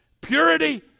purity